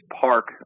park